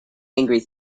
angry